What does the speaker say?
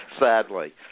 sadly